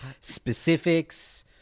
specifics